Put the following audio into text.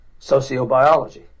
Sociobiology